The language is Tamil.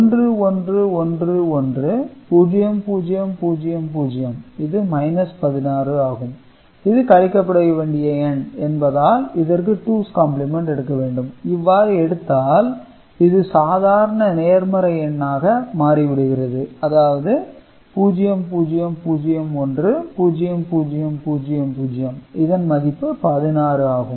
1111 0000 இது 16 ஆகும் இது கழிக்கப்பட வேண்டிய எண் என்பதால் இதற்கு டூஸ் காம்ப்ளிமென்ட் எடுக்க வேண்டும் இவ்வாறு எடுத்தால் இது சாதாரண நேர்மறை எண்ணாக மாறி விடுகிறது அதாவது 0001 0000 இதன் மதிப்பு 16 ஆகும்